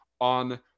on